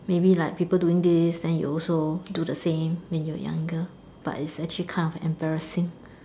maybe like people doing this then you also do the same when you were younger but it's actually kind of embarrassing